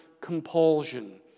compulsion